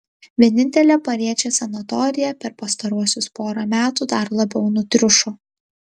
vienintelė pariečės sanatorija per pastaruosius porą metų dar labiau nutriušo